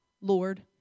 Lord